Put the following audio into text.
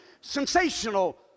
sensational